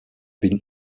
been